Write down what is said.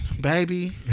baby